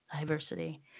diversity